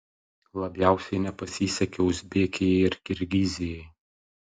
labiausiai nepasisekė uzbekijai ir kirgizijai